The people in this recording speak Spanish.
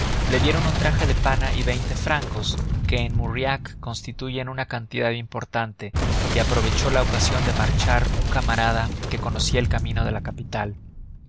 le dieron un traje de pana y veinte francos que en mauriac constituyen una cantidad importante y aprovechó la ocasión de marchar un camarada que conocía el camino de la capital